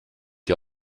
die